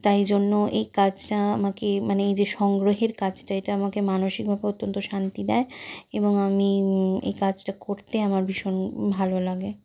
তাই জন্য এই কাজটা আমাকে মানে এই যে সংগ্রহের কাজটা এটা আমাকে মানসিকভাবে অত্যন্ত শান্তি দেয় এবং আমি এই কাজটা করতে আমার ভীষণ ভালো লাগে